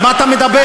על מה אתה מדבר?